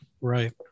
Right